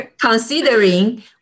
considering